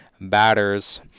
batters